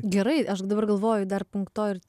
gerai aš dabar galvoju dar punkto ir